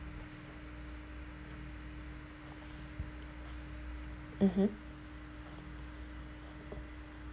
mmhmm